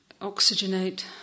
oxygenate